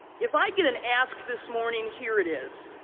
if i get an ask this morning, here it is.